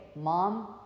mom